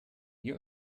mir